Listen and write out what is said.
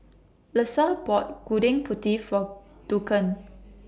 Lesa bought Gudeg Putih For Duncan